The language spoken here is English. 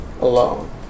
alone